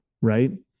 Right